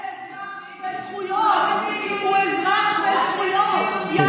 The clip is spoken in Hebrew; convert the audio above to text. הוא אזרח שווה זכויות, מה זה קשור?